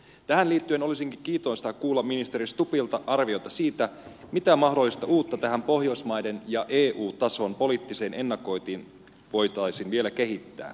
tähän liittyen olisikin kiintoisaa kuulla ministeri stubbilta arviota siitä mitä mahdollista uutta tähän pohjoismaiden ja eu tason poliittiseen ennakointiin voitaisiin vielä kehittää